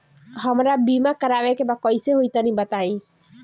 हमरा बीमा करावे के बा कइसे होई तनि बताईं?